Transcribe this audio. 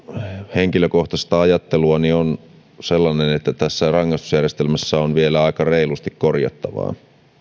henkilökohtaista ajatteluani on sellainen että tässä rangaistusjärjestelmässä on vielä aika reilusti korjattavaa